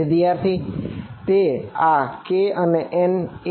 વિદ્યાર્થી તેથી આ k અને n એ